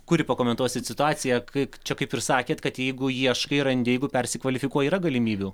kuri pakomentuosit situaciją kai čia kaip ir sakėt kad jeigu ieškai randi jeigu persikvalifikuoji yra galimybių